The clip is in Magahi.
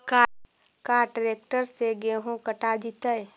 का ट्रैक्टर से गेहूं कटा जितै?